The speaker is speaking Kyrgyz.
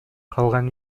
калган